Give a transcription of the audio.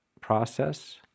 process